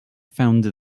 found